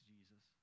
Jesus